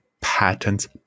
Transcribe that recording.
patents